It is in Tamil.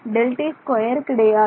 Δt2 கிடையாது